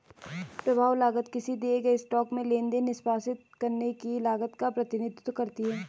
प्रभाव लागत किसी दिए गए स्टॉक में लेनदेन निष्पादित करने की लागत का प्रतिनिधित्व करती है